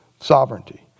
sovereignty